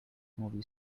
movie